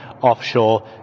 offshore